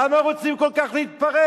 למה רוצים כל כך להתפרק?